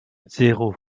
zéro